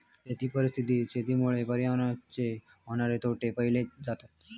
शेती परिस्थितीत शेतीमुळे पर्यावरणाचे होणारे तोटे पाहिले जातत